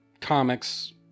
comics